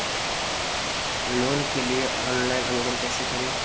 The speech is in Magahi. लोन के लिये ऑनलाइन आवेदन कैसे करि?